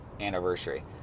anniversary